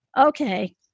Okay